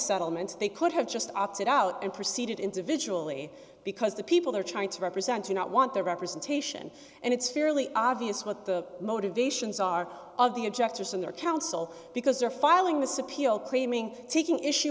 settlements they could have just opted out and proceeded individual ie because the people are trying to represent or not want the representation and it's fairly obvious what the motivations are of the objects or some their counsel because they're filing this appeal claiming taking issue